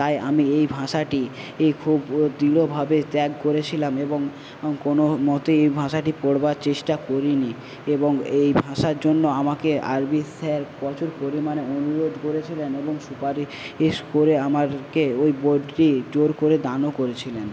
তাই আমি এই ভাষাটি খুব দৃঢ়ভাবে ত্যাগ করেছিলাম এবং কোনো মতেই এই ভাষাটি পড়বার চেষ্টা করিনি এবং এই ভাষার জন্য আমাকে আরবি স্যার প্রচুর পরিমাণে অনুরোধ করেছিলেন এবং সুপারিশ করে আমাকে ওই বইটি জোর করে দানও করেছিলেন